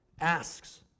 asks